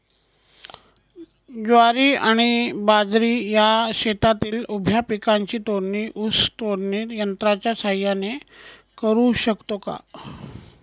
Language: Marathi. ज्वारी आणि बाजरी या शेतातील उभ्या पिकांची तोडणी ऊस तोडणी यंत्राच्या सहाय्याने करु शकतो का?